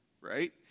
Right